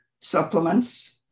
supplements